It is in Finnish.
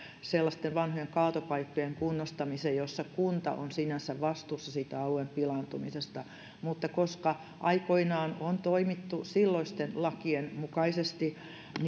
sellaisten vanhojen kaatopaikkojen kunnostamiseen joissa kunta on sinänsä vastuussa alueen pilaantumisesta mutta koska aikoinaan on toimittu silloisten lakien mukaisesti